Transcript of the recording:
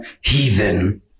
heathen